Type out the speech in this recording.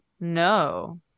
no